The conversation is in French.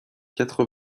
quatre